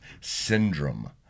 syndrome